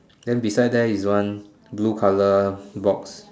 then beside there is one blue colour box